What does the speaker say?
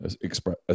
express